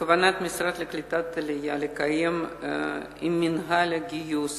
בכוונת המשרד לקליטת העלייה לקיים יחד עם מינהל הגיוס